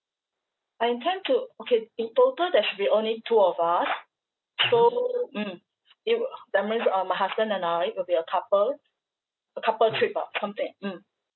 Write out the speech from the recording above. I intend to okay in total there should be only two of us so mm it w~ that means uh my husband and I will be a couple a couple trip ah mm